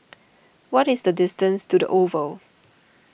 what is the distance to the Oval